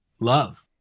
love